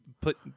put